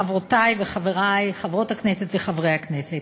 חברותי וחברי חברות הכנסת וחברי הכנסת,